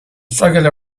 struggle